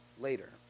later